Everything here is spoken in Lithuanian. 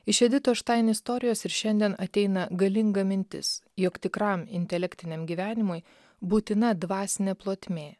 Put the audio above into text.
iš editos štain istorijos ir šiandien ateina galinga mintis jog tikram intelektiniam gyvenimui būtina dvasinė plotmė